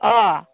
अ